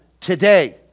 today